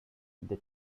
they